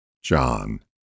John